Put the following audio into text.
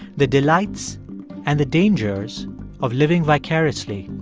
the delights and the dangers of living vicariously,